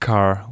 Car